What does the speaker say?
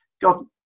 god